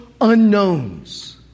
unknowns